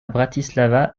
bratislava